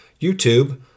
YouTube